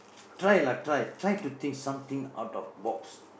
try lah try try to think something out of box